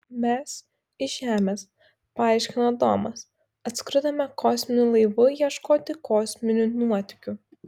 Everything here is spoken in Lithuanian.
mes iš žemės paaiškino domas atskridome kosminiu laivu ieškoti kosminių nuotykių